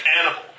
animal